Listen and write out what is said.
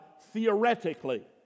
theoretically